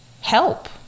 help